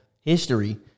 history